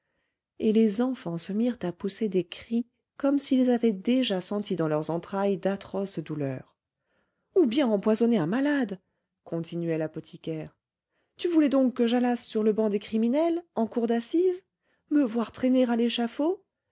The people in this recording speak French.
et les enfants se mirent à pousser des cris comme s'ils avaient déjà senti dans leurs entrailles d'atroces douleurs ou bien empoisonner un malade continuait l'apothicaire tu voulais donc que j'allasse sur le banc des criminels en cour d'assises me voir traîner à l'échafaud